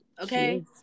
okay